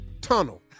tunnel